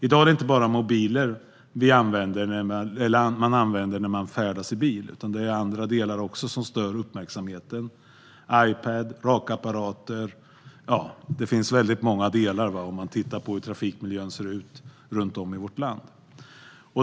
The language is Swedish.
I dag är det inte bara mobiler man använder när man färdas i bil, utan det är också andra saker som stör uppmärksamheten, till exempel Ipadar och rakapparater - ja, man inser att det finns många olika saker som används vid körning när man tittar på hur trafikmiljön ser ut runt om i vårt land.